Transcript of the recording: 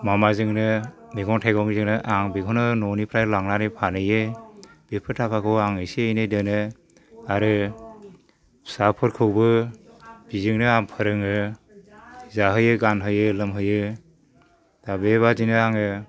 माबाजोंनो मैगं थाइगंजोंनो आं बेखौनो न'निफ्राय लांनानै फानहैयो बेफोर थाखाखौ आं एसे एनै दोनो आरो फिसाफोरखौबो बिजोंनो आं फोरोङो जाहोयो गानहोयो लोंहोयो दा बेबायदिनो आङो